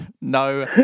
no